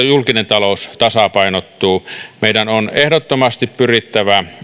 julkinen talous tasapainottuu meidän on ehdottomasti pyrittävä